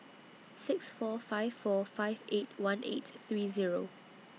six four five four five eight one eight three Zero